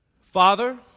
Father